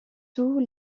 tous